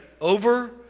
over